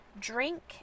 drink